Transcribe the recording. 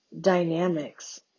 dynamics